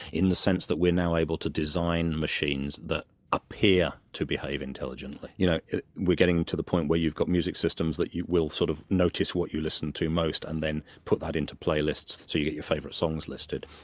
in the sense that we are now able to design machines that appear to behave intelligently. you know we are getting to the point where you've got music systems that will sort of notice what you listen to most and then put that into playlists so you get your favourite songs listed.